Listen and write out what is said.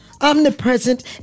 omnipresent